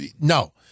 no